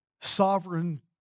sovereign